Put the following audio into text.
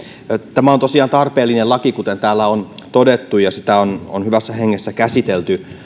tämä on tosiaan tarpeellinen laki kuten täällä on todettu ja sitä on on hyvässä hengessä käsitelty